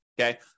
Okay